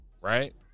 right